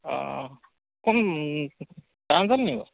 অঁ কোন প্ৰাঞ্জল নেকি বাৰু